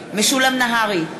משולם נהרי,